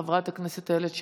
חברת הכנסת איילת שקד,